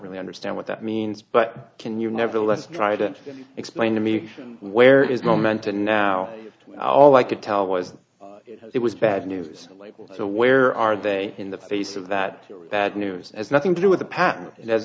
really understand what that means but can you nevertheless try to explain to me where is my mentor now if all i could tell was it was bad news labels so where are they in the face of that bad news as nothing to do with the patent it has